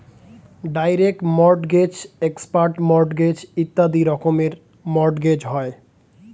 direct mortgage, expert mortgage ইত্যাদি রকমের mortgage হয়